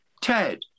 Ted